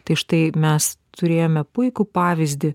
tai štai mes turėjome puikų pavyzdį